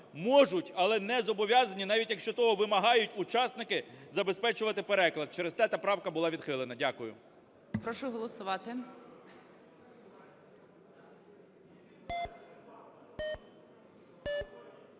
можуть, але не зобов'язані, навіть якщо того вимагають учасники забезпечувати переклад. Через те та правка була відхилена. Дякую. ГОЛОВУЮЧИЙ. Прошу голосувати.